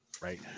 right